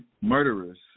murderers